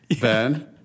Ben